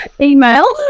email